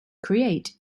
create